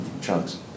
chunks